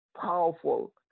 powerful